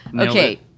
okay